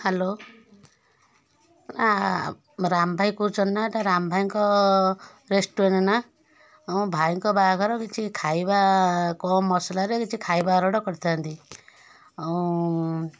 hello Ram ଭାଇ କହୁଛନ୍ତି ନା ଏଇଟା ରାମ ଭାଇଙ୍କ ରେଷ୍ଟୁରାଣ୍ଟ ନା ଆମ ଭାଇଙ୍କ ବାହାଘର କିଛି ଖାଇବା କମ୍ ମସଲାରେ କିଛି ଖାଇବା ଅର୍ଡ଼ର୍ କରିଥାନ୍ତି ଆଉ